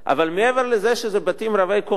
אבל מעבר לזה שזה בתים רבי-קומות,